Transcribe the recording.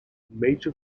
major